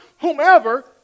whomever